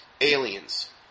aliens